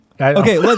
Okay